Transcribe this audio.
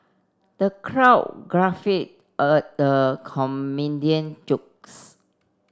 the crowd the comedian jokes